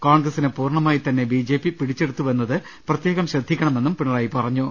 കോൺഗ്രസിനെ പൂർണ്ണ മായി തന്നെ ബി ജെ പി പിടിച്ചെടുത്തുവെന്നത് പ്രത്യേകം ശ്രദ്ധിക്കണമെന്നും പിണറായി പറഞ്ഞു